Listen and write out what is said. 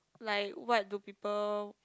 like what do people